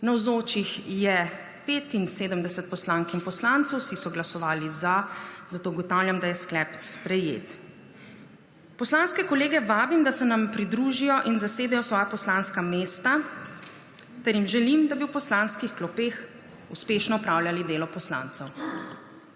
Navzočih je 75 poslank in poslancev, vsi so glasovali za. (Za je glasovalo 75.) (Proti nihče.) Ugotavljam, da je sklep sprejet. Poslanske kolege vabim, da se nam pridružijo in zasedejo svoja poslanska mesta, ter jim želim, da bi v poslanskih klopeh uspešno opravljali delo poslancev.